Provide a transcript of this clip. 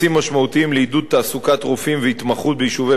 לעידוד תעסוקת רופאים והתמחות ביישובי פריפריה,